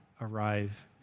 arrive